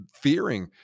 fearing